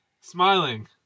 Smiling